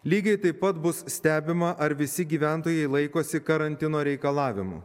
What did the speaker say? lygiai taip pat bus stebima ar visi gyventojai laikosi karantino reikalavimų